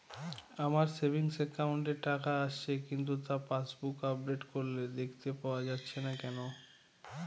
আমার savings account এ টাকা আসছে কিন্তু তা পাসবুক আপডেট করলে দেখতে পাওয়া যাচ্ছে না কেন?